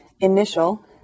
initial